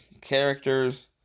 characters